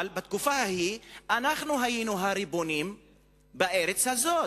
אבל בתקופה ההיא אנחנו היינו הריבונים בארץ הזאת.